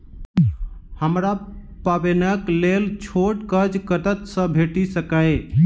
हमरा पाबैनक लेल छोट कर्ज कतऽ सँ भेटि सकैये?